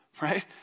Right